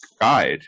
guide